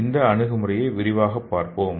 இந்த அணுகுமுறையை விரிவாகப் பார்ப்போம்